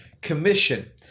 commission